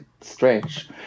strange